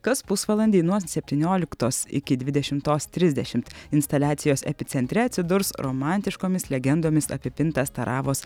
kas pusvalandį nuo septynioliktos iki dvidešimtos trisdešimt instaliacijos epicentre atsidurs romantiškomis legendomis apipintas taravos